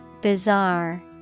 Bizarre